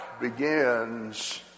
begins